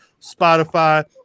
spotify